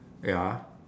ya